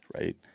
right